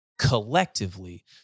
Collectively